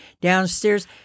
downstairs